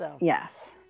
Yes